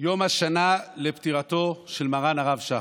יום השנה לפטירתו של מרן הרב שך,